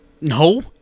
No